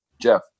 Jeff